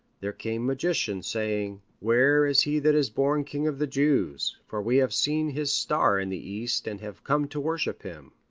there came magicians, saying, where is he that is born king of the jews, for we have seen his star in the east and have come to worship him?